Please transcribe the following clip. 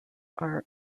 are